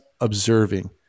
observing